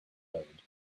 road